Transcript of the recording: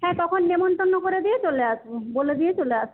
হ্যাঁ তখন নিমন্ত্রণ করে দিয়ে চলে আসব বলে দিয়ে চলে আসব